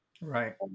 right